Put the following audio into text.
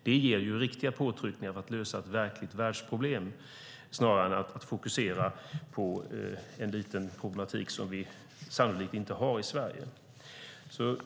Det ger riktiga påtryckningar för att lösa ett verkligt världsproblem snarare än att fokusera på en liten problematik som vi sannolikt inte har i Sverige.